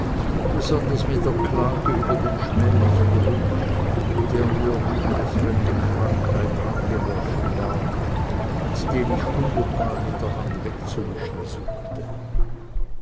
besonders mit der klage über den schmählichen druck der mir wie eine fremde krankheit angeworfen war und den ich hundertmal mit der hand wegzuwischen suchte